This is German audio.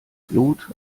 blut